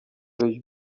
byś